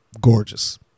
gorgeous